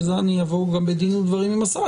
ועל זה אני אבוא גם בדין ודברים עם השר,